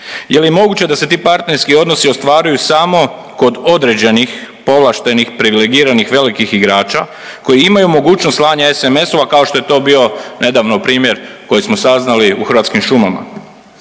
Je li moguće da se ti partnerski odnosi ostvaruju samo kod određenih povlaštenih privilegiranih velikih igrača koji imaju mogućnost slanja SMS-ova kao što je to bio nedavno primjer koji smo saznali u Hrvatskim šumama.